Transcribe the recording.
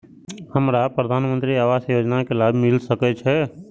हमरा प्रधानमंत्री आवास योजना के लाभ मिल सके छे?